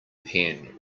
pen